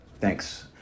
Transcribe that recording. Thanks